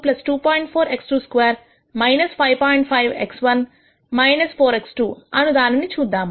5 x1 4 x2అను అని దానిని చూద్దాం